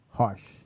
Harsh